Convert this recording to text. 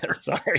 sorry